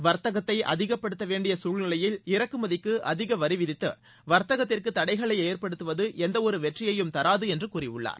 வர்த்தகத்தை அதிகப்படுத்த வேண்டிய சூழ்நிலையில் இறக்குமதிக்கு அதிக வரி விதித்து வர்த்தகத்திற்கு தடைகளை ஏற்படுத்துவது எந்வொரு வெற்றியையும் தராத என்று கூறியுள்ளார்